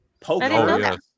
poke